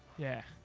yeah.